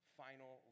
final